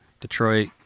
Detroit